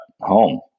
home